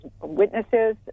witnesses